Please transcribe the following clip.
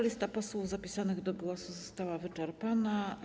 Lista posłów zapisanych do głosu została wyczerpana.